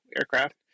aircraft